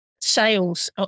sales